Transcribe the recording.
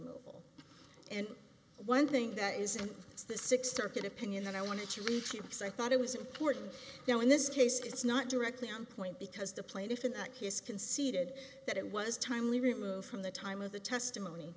mail and one thing that isn't is the sixth circuit opinion and i wanted to reach him so i thought it was important now in this case it's not directly on point because the plaintiff in that case conceded that it was timely removed from the time of the testimony